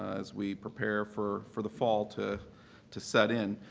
as we prepare for for the fall to to set in.